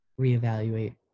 reevaluate